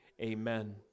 Amen